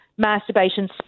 masturbation